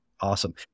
Awesome